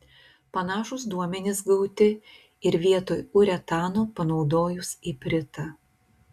panašūs duomenys gauti ir vietoj uretano panaudojus ipritą